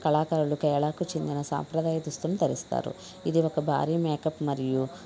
కళాకారులకు కేరళాకు చెందిన సాంప్రదాయ దుస్తులనుధరిస్తారు ఇది ఒక భారీ మేకప్ మరియు